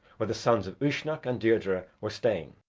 where the sons of uisnech and deirdre were staying.